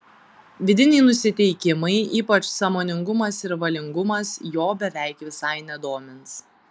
vidiniai nusiteikimai ypač sąmoningumas ir valingumas jo beveik visai nedomins